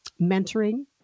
mentoring